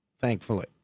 thankfully